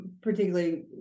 particularly